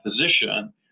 physician